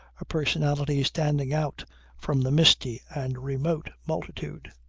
a personality standing out from the misty and remote multitude.